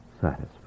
satisfied